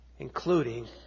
including